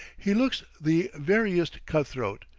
he looks the veriest cutthroat,